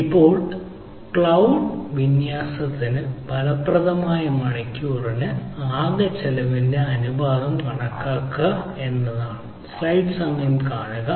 ഇപ്പോൾ ക്ലൌഡ് വിന്യാസത്തിന് ഫലപ്രദമായ മണിക്കൂറിന് ആകെ ചെലവിന്റെ അനുപാതം കണക്കാക്കുക